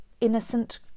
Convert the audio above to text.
innocent